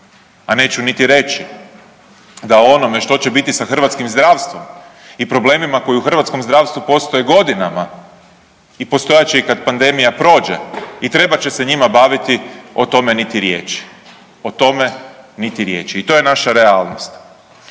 A neću niti reći da o onome što će biti sa hrvatskim zdravstvom i problemima koji u hrvatskom zdravstvu postoje godinama i postojat će i kad pandemija prođe i trebat će se njima baviti o tome niti riječi. O tome niti riječi. I to je naša realnost.